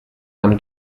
nam